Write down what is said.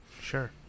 sure